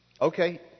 Okay